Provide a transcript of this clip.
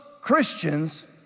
Christians